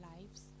lives